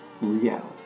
reality